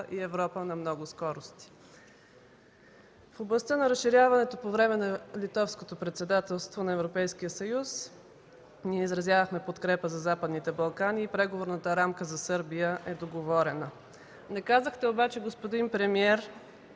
и „Европа на много скорости”. В областта на разширяването по време на Литовското председателство на Европейския съюз ние изразявахме подкрепа за Западните Балкани и преговорната рамка за Сърбия е договорена. Не казахте обаче, господин премиер,